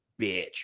bitch